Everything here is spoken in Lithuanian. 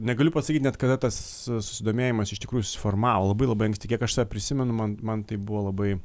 negaliu pasakyt net kada tas susidomėjimas iš tikrųjų susiformavo labai labai anksti kiek aš save prisimenu man man tai buvo labai